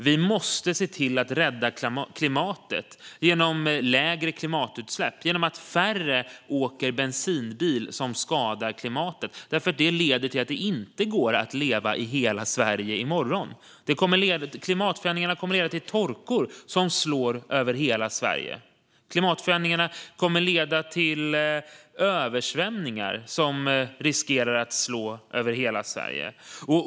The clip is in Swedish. Vi måste se till att rädda klimatet genom lägre klimatutsläpp och genom att färre åker bensinbilar som skadar klimatet, för det leder till att det inte går att leva i hela Sverige i morgon. Klimatförändringarna kommer att leda till torkor som slår över hela Sverige och till översvämningar som riskerar att slå över hela Sverige.